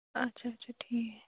اچھا اچھا ٹھیٖک